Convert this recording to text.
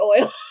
oil